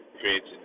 creates